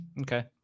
okay